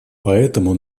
поэтому